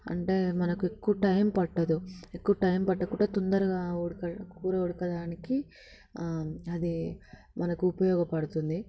అంటే మనకు ఎక్కువ టైం పట్టదు ఎక్కువ టైం పట్టకుండా తొందరగా ఉడకడం కూర ఉడకడానికి అదే మనకు ఉపయోగపడుతుంది